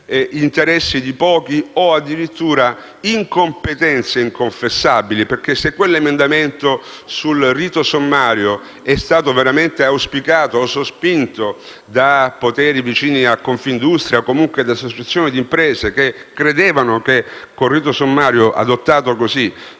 interessi di pochi o addirittura incompetenze inconfessabili, perché se l'emendamento sul rito sommario è stato veramente auspicato o sospinto da poteri vicini a Confindustria o da associazioni di imprese che credevano che, con il rito sommario adottato così,